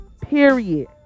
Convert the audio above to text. period